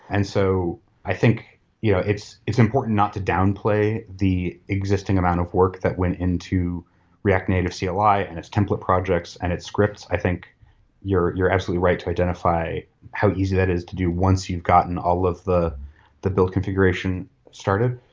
and so i think yeah it's important not to downplay the existing amount of work that went into react native cli like and its template projects and its scripts i think you're you're absolutely right to identify how easy that is to do once you've gotten all of the the build configuration startup.